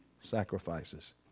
sacrifices